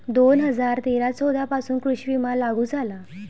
दोन हजार तेरा चौदा पासून कृषी विमा लागू झाला